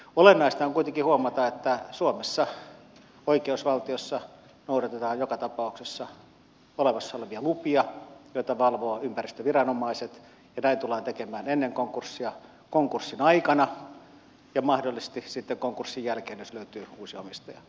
olennaista on kuitenkin huomata että suomessa oikeusvaltiossa noudatetaan joka tapauksessa olemassa olevia lupia joita valvovat ympäristöviranomaiset ja näin tullaan tekemään ennen konkurssia konkurssin aikana ja mahdollisesti konkurssin jälkeen jos löytyy uusi omistaja